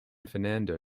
fernando